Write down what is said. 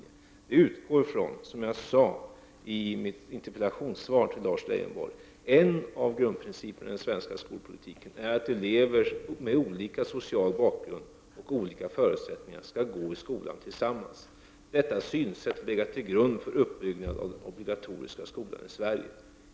Jag sade i mitt interpellationssvar från 1989 till Lars Leijonborg: ”En av grundprinciperna i den svenska skolpolitiken är att elever med olika social bakgrund och olika förutsättningar skall gå i skolan tillsammans. Detta synsätt har legat till grund för uppbyggnaden av den obligatoriska skolan i Sverige.